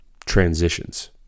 transitions